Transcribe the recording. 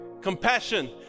Compassion